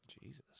Jesus